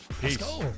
Peace